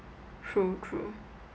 true true